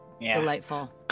delightful